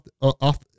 off